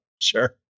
sure